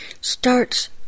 starts